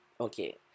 okay